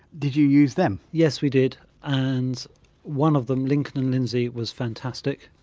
did you use them? yes, we did and one of them lincoln and lindsey was fantastic.